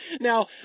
now